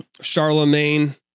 charlemagne